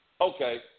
Okay